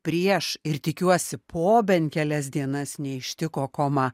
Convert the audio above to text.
prieš ir tikiuosi po bent kelias dienas neištiko koma